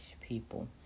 people